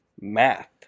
Math